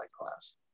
class